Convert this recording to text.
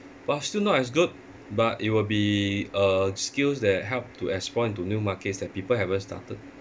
but still not as good but it will be a skills that help to explore into new markets that people haven't started